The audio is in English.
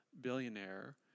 billionaire